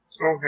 Okay